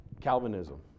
Calvinism